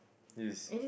is